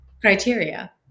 criteria